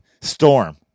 storm